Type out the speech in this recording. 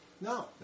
No